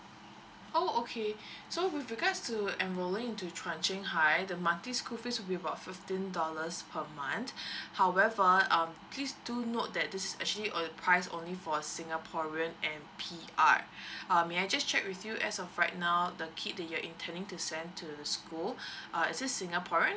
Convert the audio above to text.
oh okay so with regards to enrolling into high the monthly school fees would be about fifteen dollars per month however um please do note that this is actually uh the price only for singaporean and P_R uh may I just check with you as of right now the kid that you're intending to send to the school uh is he singaporean